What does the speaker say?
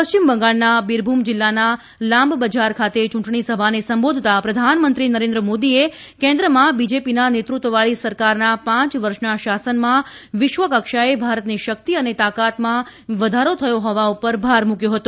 પશ્ચિમ બંગાળના બીરભૂમ જિલ્લાના લાંબબજાર ખાતે ચૂંટણીસભાને સંબોધતાં પ્રધાનમંત્રી નરેન્દ્ર મોદીએ કેન્દ્રમાં બીજેપીના નેતૃત્વવાળી સરકારના પાંચ વર્ષના શાસનમાં વિશ્વક્ષાએ ભારતની શક્તિ અને તાકાતમાં વધારો થયો હોવા પર ભાર મૂક્યો હતો